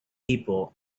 people